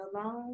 alone